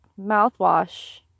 mouthwash